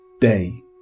day